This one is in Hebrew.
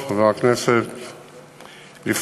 1 3. אדוני היושב-ראש,